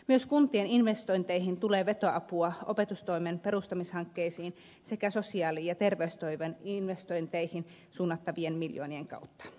myös kuntien investointeihin tulee vetoapua opetustoimen perustamishankkeisiin sekä sosiaali ja terveystoimen investointeihin suunnattavien miljoonien kautta